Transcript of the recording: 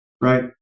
Right